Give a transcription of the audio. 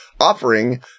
offering